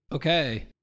Okay